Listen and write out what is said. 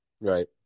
right